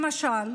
למשל,